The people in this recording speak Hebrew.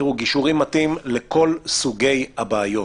גישור מתאים לכל סוגי הבעיות.